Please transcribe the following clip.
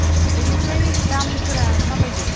बेनिफ्राय दामफोरा माबायदि